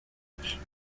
finish